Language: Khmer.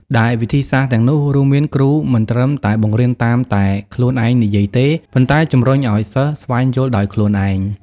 ដែលវិធីសាស្រ្តទាំងនោះរួមមានគ្រូមិនត្រឹមតែបង្រៀនតាមតែខ្លួនឯងនិយាយទេ ប៉ុន្តែជំរុញឲ្យសិស្សស្វែងយល់ដោយខ្លួនឯង។